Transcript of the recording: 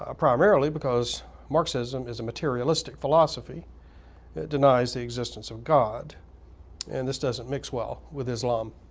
ah primarily because marxism is a materialistic philosophy it denies the existence of god and this doesn't mix well with islam.